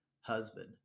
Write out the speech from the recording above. husband